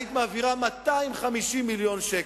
היית מעבירה 250 מיליון שקל.